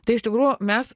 tai iš tikrųjų mes